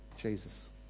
Jesus